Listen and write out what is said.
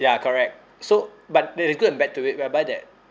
ya correct so but there is good and bad to it whereby that